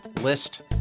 list